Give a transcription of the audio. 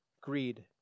greed